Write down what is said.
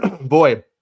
boy